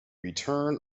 return